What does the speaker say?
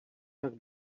jak